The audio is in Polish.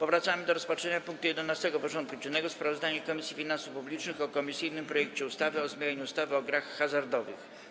Powracamy do rozpatrzenia punktu 11. porządku dziennego: Sprawozdanie Komisji Finansów Publicznych o komisyjnym projekcie ustawy o zmianie ustawy o grach hazardowych.